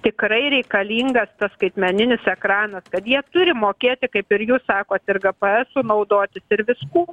tikrai reikalingas tas skaitmeninis ekranas kad jie turi mokėti kaip ir jūs sakote ir gbesu sunaudoti ir viskuo